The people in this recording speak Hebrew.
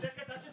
תודה רבה.